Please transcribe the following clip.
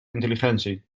intelligentie